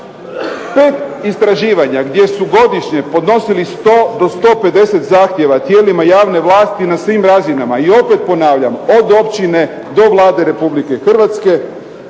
Tek istraživanja gdje su godišnje podnosili 100 do 150 zahtjeva tijelima javne vlasti na svim razinama i opet ponavljam od općine do Vlade Republike Hrvatske,